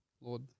lord